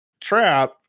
trap